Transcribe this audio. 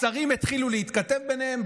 השרים התחילו להתכתב ביניהם.